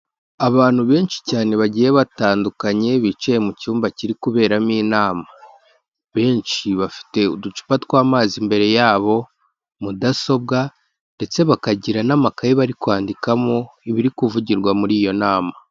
Abantu benshi cyane bagiye batandukanye bicaye mu cyumba kiri kuberamo inama, benshi bafite uducupa tw'amazi imbere yabo mudasobwa ndetse bakagira n'amakaye bari kwandikamo ibiri kuvugirwa muri iyo nama.